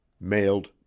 mailed